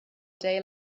day